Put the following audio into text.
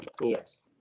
Yes